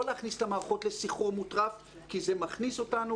להכניס את המערכות לסחרור מוטרף כי זה מכניס אותנו